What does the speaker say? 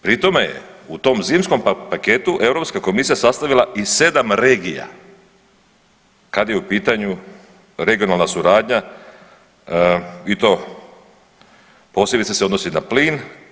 Pri tome je u tom zimskom paketu Europska komisija sastavila i 7 regija kad je u pitanju regionalna suradnja i to posebice se odnosi na plin.